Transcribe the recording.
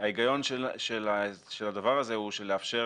ההיגיון של הדבר הזה הוא לאפשר